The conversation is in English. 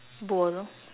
bowl